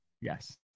Yes